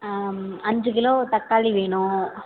அஞ்சுக்கிலோ தக்காளி வேணும்